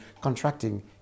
contracting